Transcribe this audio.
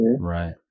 Right